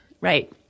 Right